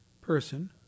person